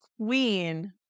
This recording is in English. queen